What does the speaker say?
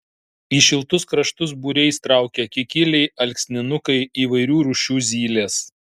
į šiltus kraštus būriais traukia kikiliai alksninukai įvairių rūšių zylės